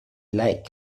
like